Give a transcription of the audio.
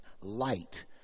light